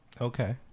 okay